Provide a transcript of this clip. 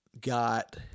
got